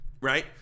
Right